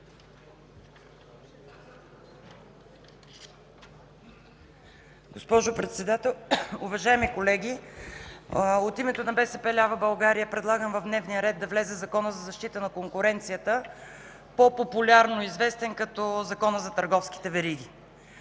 Госпожо Председател, уважаеми колеги! От името на БСП Лява България предлагам в дневния ред да влезе Законът за защита на конкуренцията, по-популярно известен като Законът за търговските вериги.